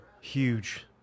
Huge